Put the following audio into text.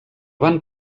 van